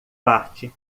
parte